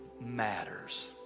matters